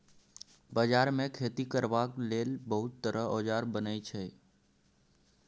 बजार मे खेती करबाक लेल बहुत तरहक औजार बनई छै